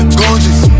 gorgeous